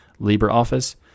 LibreOffice